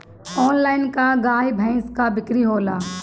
Online का गाय भैंस क बिक्री होला?